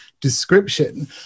description